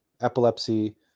epilepsy